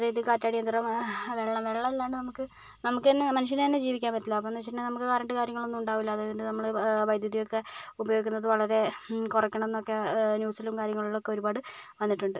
അതായത് കാറ്റാടിയന്ത്രം വെള്ളം വെള്ളം ഇല്ലാണ്ട് നമുക്ക് നമുക്ക് തന്നെ മനുഷ്യൻ തന്നെ ജീവിക്കാൻ പറ്റില്ല അപ്പോഴെന്ന് വെച്ചിട്ടുണ്ടെങ്കിൽ നമുക്ക് കറണ്ട് കാര്യങ്ങളൊന്നും ഉണ്ടാവില്ല അതുകൊണ്ടു നമ്മൾ വൈദ്യുതി ഒക്കെ ഉപയോഗിക്കുന്നത് വളരെ കുറയ്ക്കണം എന്നൊക്കെ ന്യൂസിലും കാര്യങ്ങളിലും ഒക്കെ ഒരുപാട് വന്നിട്ടുണ്ട്